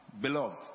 beloved